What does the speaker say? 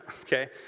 okay